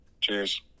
cheers